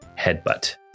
headbutt